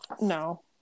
no